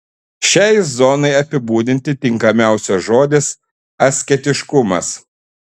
šiai zonai apibūdinti tinkamiausias žodis asketiškumas